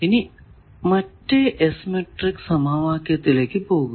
ഇനി മറ്റേ S matrix സമവാക്യത്തിലേക്കു പോകുക